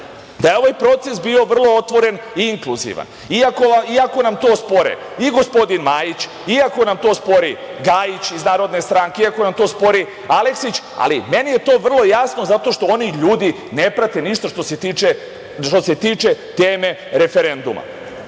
da je ovaj proces bio vrlo otvoren i inkluzivan, iako nam to spore i gospodin Majić, iako nam to spori Gajić iz Narodne stranke, iako nam to spori Aleksić, ali meni je to vrlo jasno zato što oni ljudi ne prate ništa što se tiče teme referenduma. Svi